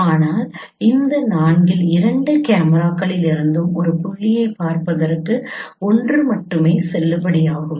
ஆனால் இந்த நான்கில் இரண்டு கேமராக்களிலிருந்தும் ஒரு புள்ளியைப் பார்ப்பதற்கு ஒன்று மட்டுமே செல்லுபடியாகும்